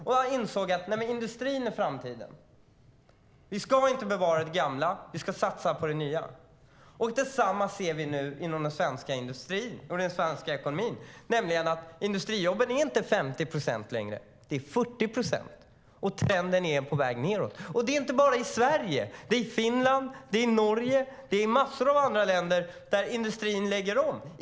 De insåg att industrin var framtiden: Vi ska inte bevara det gamla; vi ska satsa på det nya. Detsamma ser vi nu inom den svenska industrin och i den svenska ekonomin. Industrijobben är inte 50 procent längre. De är 40 procent, och trenden är på väg nedåt. Och det är inte bara i Sverige; det är i Finland, i Norge och i massor av andra länder där industrin lägger om.